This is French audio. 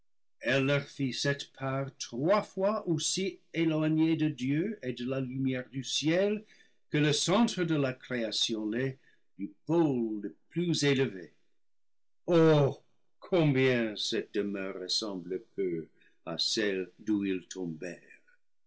cette part trois fois aussi éloignée de dieu et de la lumière du ciel que le centre de la création l'est du pôle le plus élevé oh combien cette demeure ressemble peu à celle d'où ils tombèrent